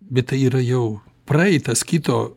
bet tai yra jau praeitas kito